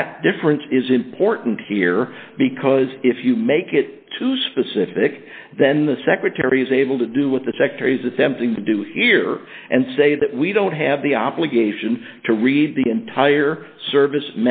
that difference is important here because if you make it too specific then the secretary is able to do what the secretary is attempting to do here and say that we don't have the obligation to read the entire service